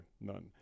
none